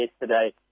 yesterday